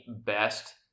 best